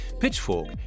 Pitchfork